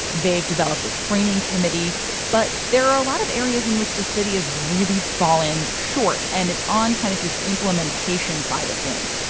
they've developed a training committee but there are a lot of areas in which the city is really falling short and it's on kind of this implementation side of things.